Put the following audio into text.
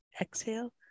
exhale